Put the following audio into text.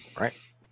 Right